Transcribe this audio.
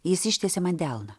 jis ištiesė man delną